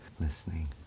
listening